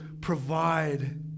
provide